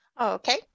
Okay